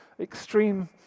extreme